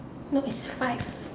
no is five